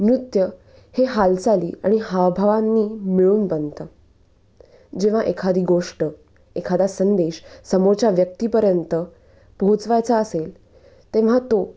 नृत्य हे हालचाली आणि हावभावांनी मिळून बनतं जेव्हा एखादी गोष्ट एखादा संदेश समोरच्या व्यक्तीपर्यंत पोहोचवायचा असेल तेव्हा तो